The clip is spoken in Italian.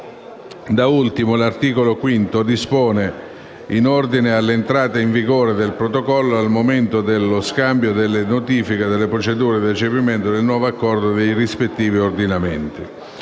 Da ultimo, l'articolo V dispone in ordine all'entrata in vigore del Protocollo al momento dello scambio delle notifiche delle procedure di recepimento del nuovo accordo nei rispettivi ordinamenti.